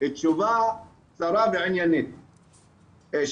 תשובה קצרה ועניינית,